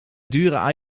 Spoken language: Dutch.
dure